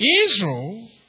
Israel